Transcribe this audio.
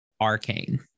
Arcane